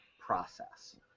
process